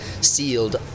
sealed